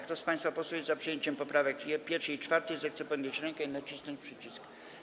Kto z państwa posłów jest za przyjęciem poprawek 1. i 4., zechce podnieść rękę i nacisnąć przycisk.